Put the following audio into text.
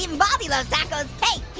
um baldy likes tacos.